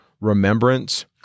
remembrance